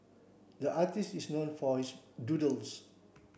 the artist is known for his doodles